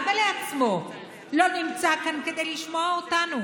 ולעצמו ולא נמצא כאן כדי לשמוע אותנו,